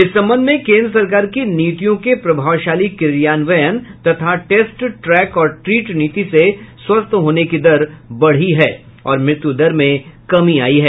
इस संबंध में केन्द्र सरकार की नीतियों के प्रभावशाली क्रियान्वयन तथा टेस्ट ट्रैक और ट्रीट नीति से स्वस्थ होने की दर बढ़ी है और मृत्यु दर में कमी आई है